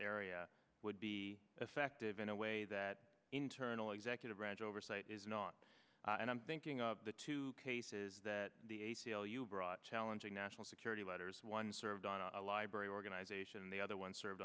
area would be effective in a a that internal executive branch oversight is not and i'm thinking of the two cases that the a c l u brought challenging national security letters one served on a library organization and the other one served